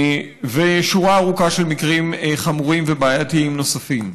ושורה ארוכה של מקרים חמורים ובעייתיים נוספים.